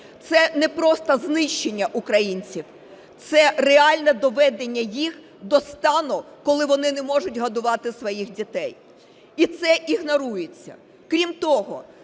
Це не просто знищення українців – це реальне доведення їх до стану, коли вони не можуть годувати своїх дітей, і це ігнорується. Крім того,